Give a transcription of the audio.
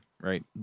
right